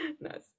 Nice